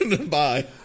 bye